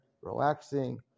relaxing